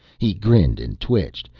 he grinned and twitched,